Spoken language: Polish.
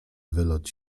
wylot